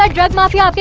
like drug mafia mafia